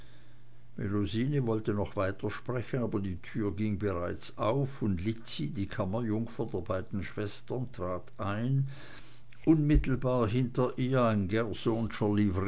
melusine wollte noch weitersprechen aber die tür ging bereits auf und lizzi die kammerjungfer der beiden schwestern trat ein unmittelbar hinter ihr ein